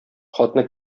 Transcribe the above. хатны